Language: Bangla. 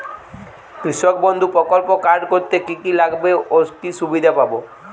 কৃষক বন্ধু প্রকল্প কার্ড করতে কি কি লাগবে ও কি সুবিধা পাব?